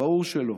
ברור שלא.